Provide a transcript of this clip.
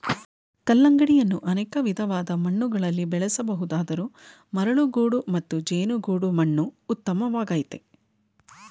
ಕಲ್ಲಂಗಡಿಯನ್ನು ಅನೇಕ ವಿಧವಾದ ಮಣ್ಣುಗಳಲ್ಲಿ ಬೆಳೆಸ ಬಹುದಾದರೂ ಮರಳುಗೋಡು ಮತ್ತು ಜೇಡಿಗೋಡು ಮಣ್ಣು ಉತ್ತಮವಾಗಯ್ತೆ